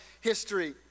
history